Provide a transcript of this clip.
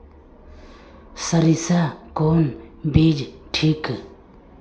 सरीसा कौन बीज ठिक?